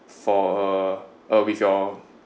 for uh with your